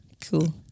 Cool